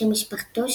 שם משפחתו,